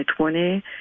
2020